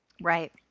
Right